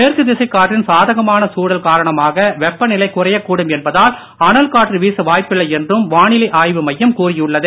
மேற்கு திசைக் காற்றின் சாதகமான சூழல் காரணமாக வெப்பநிலை குறையக் கூடும் என்பதால் அனல் காற்று வீச வாய்ப்பில்லை என்றும் வானிலை ஆய்வுமையம் கூறியுள்ளது